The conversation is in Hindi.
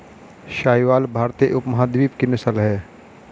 साहीवाल भारतीय उपमहाद्वीप की नस्ल है